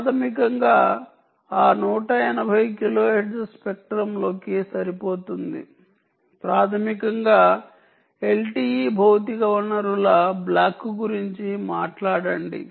ప్రాథమికంగా ఆ 180 కిలోహెర్ట్జ్ స్పెక్ట్రంలోకి సరిపోతుంది ప్రాథమికంగా LTE భౌతిక వనరుల బ్లాక్ గురించి మాట్లాడండి